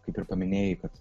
kaip ir paminėjai kad